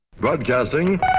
Broadcasting